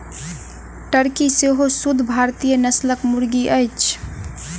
Turkey सेहो शुद्ध भारतीय नस्लक मुर्गी अछि